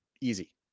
easy